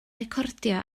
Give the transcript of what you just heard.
recordio